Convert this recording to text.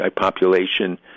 population